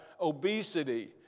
obesity